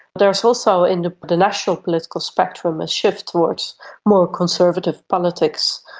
there is also in the national political spectrum a shift towards more conservative politics,